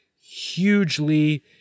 hugely